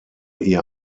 ihr